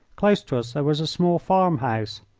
close to us there was a small farm-house.